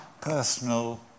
personal